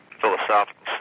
philosophical